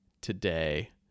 today